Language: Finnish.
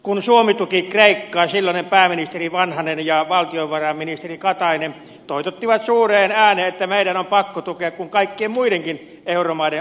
kun suomi tuki kreikkaa silloinen pääministeri vanhanen ja valtiovarainministeri katainen toitottivat suureen ääneen että meidän on pakko tukea kun kaikkien muidenkin euromaiden on tuettava kreikkaa